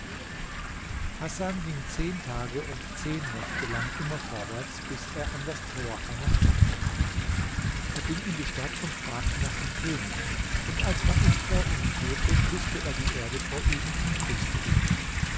hasan ging zehn tage und zehn nächte lang immer vorwärts bis er an das tor einer stadt kam er ging in die stadt und fragte nach dem könig und als man ihn vor ihn führte küßte er die erde vor ihm und grüßte ihn